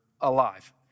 alive